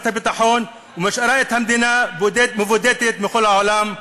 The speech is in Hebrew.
הביטחון ומשאירה את המדינה מבודדת מכל העולם,